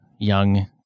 Young